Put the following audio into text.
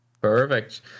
Perfect